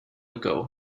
ago